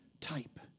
type